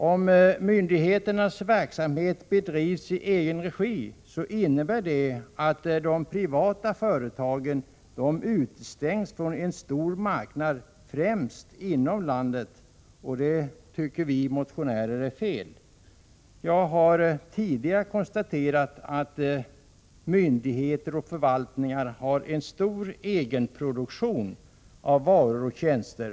Om myndigheternas verksamhet bedrivs i egen regi, utestängs de privata 81 företagen från en stor marknad, främst inom landet. Det tycker vi motionärer är fel. Jag har tidigare konstaterat att myndigheter och förvaltningar har en stor egen produktion av varor och tjänster.